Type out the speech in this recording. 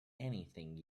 anything